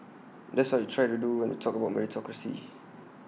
that's what we try to do and we talked about meritocracy